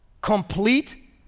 complete